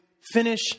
finish